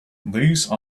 these